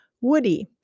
woody